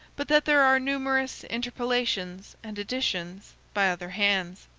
but that there are numerous interpolations and additions by other hands.